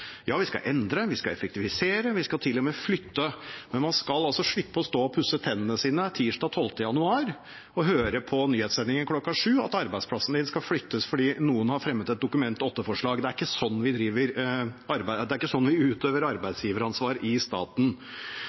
Ja, vi skal endre, vi skal effektivisere, vi skal til og med flytte, men man skal slippe å stå og pusse tennene sine tirsdag 12. januar og høre på nyhetssendingen kl. 7 at arbeidsplassen skal flyttes fordi noen har fremmet et Dokument 8-forslag. Det er ikke sånn vi utøver arbeidsgiveransvar i staten. Og det er ikke, som Senterpartiet var inne på, en desentralisering. Det er i